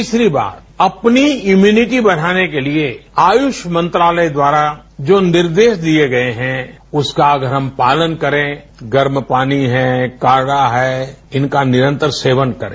तीसरी बात अपनी इम्यूनिटी बढ़ाने के लिए आयुष मंत्रालय द्वारा जो निर्देश दिए गए हैं उसका अगर हम पालन करें गर्म पानी है काढ़ा है इनका निरंतर सेवन करें